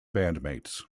bandmates